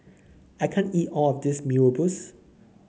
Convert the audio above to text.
I can't eat all of this Mee Rebus